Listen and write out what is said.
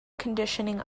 conditioning